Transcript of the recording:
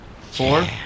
Four